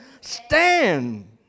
Stand